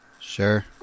Sure